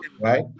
right